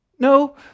No